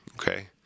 Okay